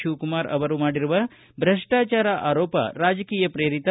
ಶಿವಕುಮಾರ ಅವರು ಮಾಡಿರುವ ಭ್ರಷ್ಟಾಚಾರ ಆರೋಪ ರಾಜಕೀಯ ಪ್ರೇರಿತ